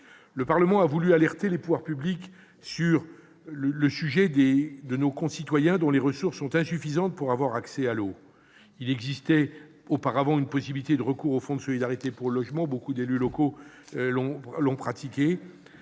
Le Parlement a voulu alerter les pouvoirs publics au sujet de nos concitoyens dont les ressources sont insuffisantes pour leur permettre d'accéder à l'eau. Il existait auparavant une possibilité de recours au Fonds de solidarité pour le logement. Même si nombre d'élus locaux l'ont pratiquée,